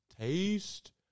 taste